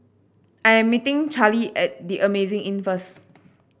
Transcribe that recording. I am meeting Charlie at The Amazing Inn first